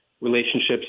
relationships